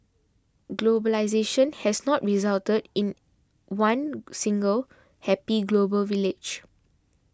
globalisation has not resulted in one single happy global village